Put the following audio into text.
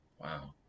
Wow